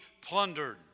plundered